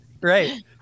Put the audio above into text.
right